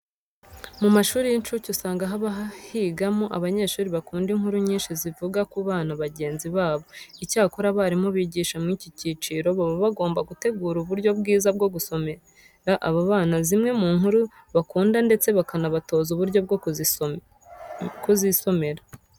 Mu mashuri y'incuke usanga haba higamo abanyeshuri bakunda inkuru nyinshi zivuga ku bana bagenzi babo. Icyakora abarimu bigisha muri iki cyiciro baba bagomba gutegura uburyo bwiza bwo gusomera aba bana zimwe mu nkuru bakunda ndetse bakanabatoza uburyo bwo kuzisomera.